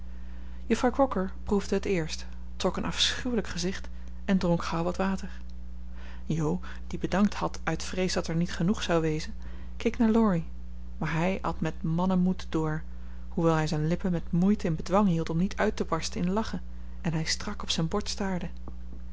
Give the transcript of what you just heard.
juffrouw crocker proefde het eerst trok een afschuwelijk gezicht en dronk gauw wat water jo die bedankt had uit vrees dat er niet genoeg zou wezen keek naar laurie maar hij at met mannenmoed door hoewel hij zijn lippen met moeite in bedwang hield om niet uit te barsten in lachen en hij strak op zijn bord staarde